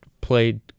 played